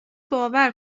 باور